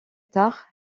tard